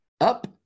Up